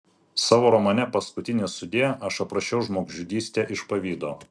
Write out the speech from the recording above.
savo romane paskutinis sudie aš aprašiau žmogžudystę iš pavydo